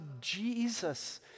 Jesus